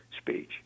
speech